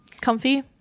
comfy